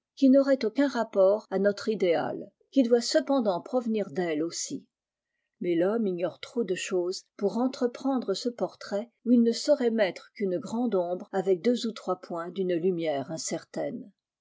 qui n'aurait aucun rapport à notre idéal qui doit cependant provenir d'elle aussi mais l'homme ignore trop de choses pour entreprendre ce portrait oîi il ne saurait mettre qu'une grande ombre avec deux ou trois pointa d une lumière incertaine